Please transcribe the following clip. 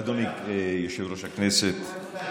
אדוני היושב בראש הכנסת.